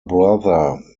brother